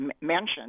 mentioned